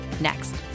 next